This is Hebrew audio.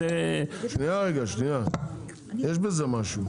שניה רגע, יש בזה משהו.